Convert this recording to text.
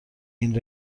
این